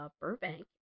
Burbank